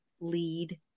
lead